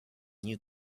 new